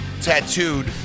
tattooed